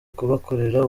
kubakorera